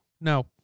no